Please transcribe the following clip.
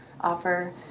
offer